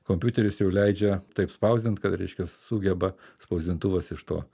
kompiuteris jau leidžia taip spausdint kad reiškias sugeba spausdintuvas iš to